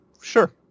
Sure